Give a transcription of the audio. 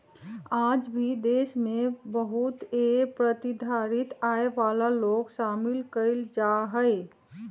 आज भी देश में बहुत ए प्रतिधारित आय वाला लोग शामिल कइल जाहई